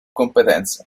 competenze